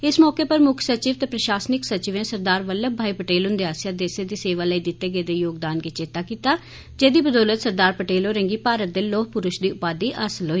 इस मौके पर मुक्ख सचिव ते प्रशासनिक सचिवें सरदार वल्लभ भाई पटेल हुंदे आसेआ देसै दी सेवा लेई दित्ते गेदे योगदान गी चेत्ता कीता जेह्दी बदौलत सरदार पटेल होरें'गी भारत दे लौह पुरूष दी उपाधि हासल होई